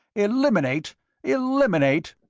eliminate eliminate!